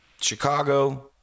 Chicago